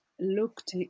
looked